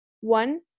one